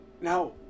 Now